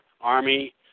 Army